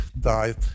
died